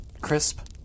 crisp